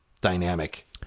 dynamic